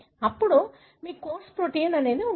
అప్పుడు మీకు కోర్సు ప్రోటీమ్ ఉంటుంది